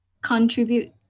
contribute